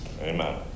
Amen